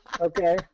Okay